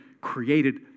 created